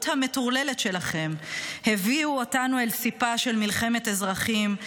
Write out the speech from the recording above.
המטורללת שלכם הביאו אותנו אל סיפה של מלחמת אזרחים,